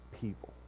people